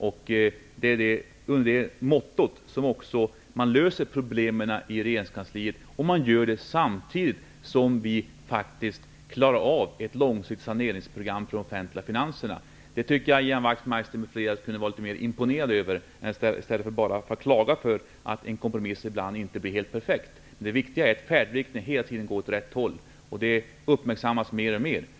Det är med det mottot som problemen i regeringskansliet löses, samtidigt som man klarar av ett långsiktigt saneringsprogram för de offentliga finanserna. Jag tycker att Ian Wachtmeister och andra skulle kunna vara litet mera imponerade över detta, i stället för att klaga över att en kompromiss ibland inte blir helt perfekt. Det viktiga är att färdriktningen hela tiden går åt rätt håll. Det uppmärksammas mer och mer.